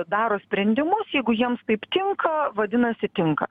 daro sprendimus jeigu jiems taip tinka vadinasi tinka